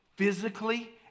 physically